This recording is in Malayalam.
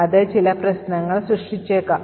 അത് ചില പ്രശ്നങ്ങൾ സൃഷ്ടിച്ചേക്കാം